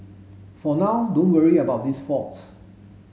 for now don't worry about these faults